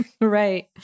right